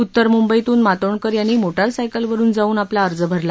उत्तर मुंबईतून मातोंडकर यांनी मोटरसायकलवरुन जाऊन आपला अर्ज भरला